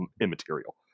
immaterial